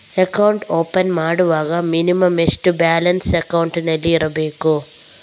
Account open ಮಾಡುವಾಗ minimum ಎಷ್ಟು balance ಅಕೌಂಟಿನಲ್ಲಿ ಇರಬೇಕು?